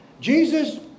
Jesus